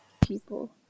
people